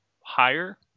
higher